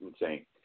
insane